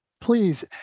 Please